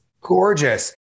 gorgeous